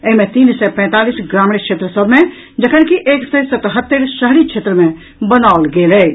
एहि मे तीन सय पैंतालीस ग्रामीण क्षेत्र सभ मे जखन कि एक सय सतहत्तरि शहरी क्षेत्र मे बनाओल गेल अछि